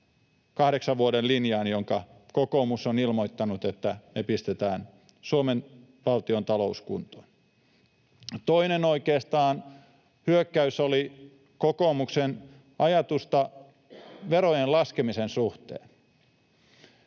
kahdeksan vuoden linjaan, jonka kokoomus on ilmoittanut, että me pistetään Suomen valtiontalous kuntoon. Toinen, oikeastaan hyökkäys, koski kokoomuksen ajatusta verojen laskemisen suhteen.